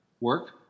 Work